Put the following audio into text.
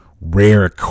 rare